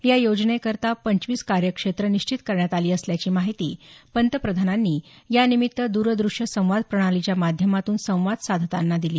या योजनेकरता पंचवीस कार्यक्षेत्रं निश्चित करण्यात आली असल्याची माहिती पंतप्रधानांनी यानिमित्त द्रदृष्य संवाद प्रणालीच्या माध्यमातून संवाद साधताना दिली